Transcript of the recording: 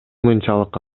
мынчалык